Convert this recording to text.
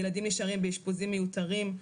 ילדים נשארים באשפוזים מיותרים,